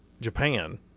Japan